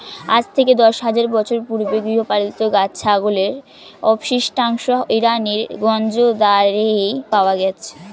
আজ থেকে দশ হাজার বছর পূর্বে গৃহপালিত ছাগলের অবশিষ্টাংশ ইরানের গঞ্জ দারেহে পাওয়া গেছে